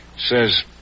says